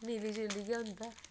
मिली जुली गै होंदा